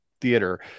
theater